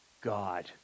God